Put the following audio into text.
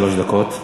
שלוש דקות.